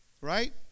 right